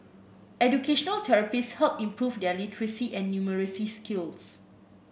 educational therapists helped improve their literacy and numeracy skills